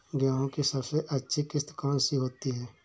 गेहूँ की सबसे अच्छी किश्त कौन सी होती है?